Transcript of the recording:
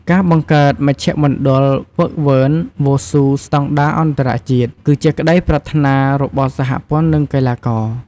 ការបង្កើតមជ្ឈមណ្ឌលហ្វឹកហ្វឺនវ៉ូស៊ូស្តង់ដារអន្តរជាតិគឺជាក្ដីប្រាថ្នារបស់សហព័ន្ធនឹងកីឡាករ។